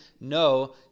no